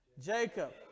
Jacob